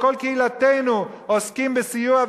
כל קהילתנו עוסקים בסיוע,